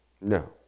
no